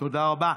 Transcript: תודה רבה.